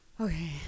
Okay